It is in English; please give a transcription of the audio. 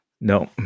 No